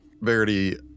Verity